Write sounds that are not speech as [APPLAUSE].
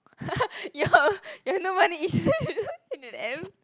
[LAUGHS] you you no money issues [LAUGHS] H and M